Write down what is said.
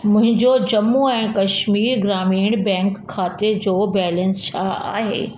मुंहिंजो Jammu and Kashmir Grameen Bank खाते जो बैलेंस छा आहे